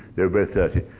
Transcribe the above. they were both thirty.